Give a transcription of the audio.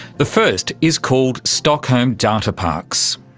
the first is called stockholm data parks.